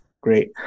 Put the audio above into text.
Great